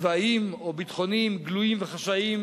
יש לה היבטים צבאיים או ביטחוניים גלויים וחשאיים.